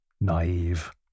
Naive